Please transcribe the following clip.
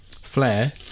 flare